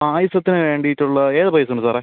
പായസത്തിന് വേണ്ടിയിട്ടുള്ളത് ഏത് പായസം ആണ് സാറേ